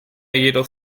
jedoch